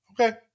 Okay